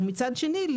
מצד שני,